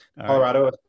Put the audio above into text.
Colorado